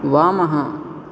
वामः